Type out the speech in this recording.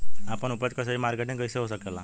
आपन उपज क सही मार्केटिंग कइसे हो सकेला?